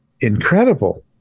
incredible